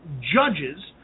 judges